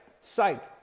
psych